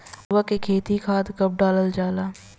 मरुआ के खेती में खाद कब डालल जाला?